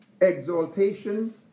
exaltation